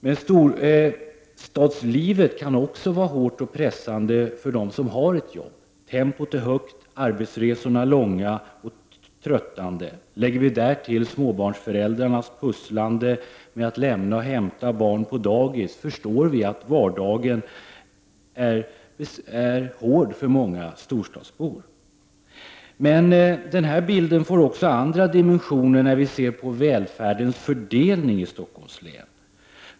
Men storstadslivet kan också vara hårt och pressande för dem som har ett jobb. Tempot är högt, arbetsresorna långa och tröttande. Om vi därtill lägger småbarnsföräldrarnas pusslande med att lämna och hämta barn på dagis, förstår vi att vardagen är mycket hård för många storstadsbor. Den här bilden får också andra dimensioner när vi ser på välfärdens fördelning i Stockholms län.